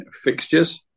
fixtures